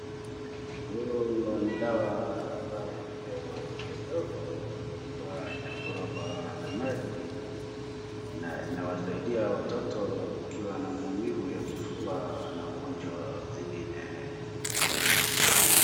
Hilo ni dawa ambayo inapewa watoto wadogo. Huwa inakorogwa na maji na inawasaidia watoto wakiwa na maumivu ya kifua na ugonjwa zingine.